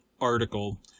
article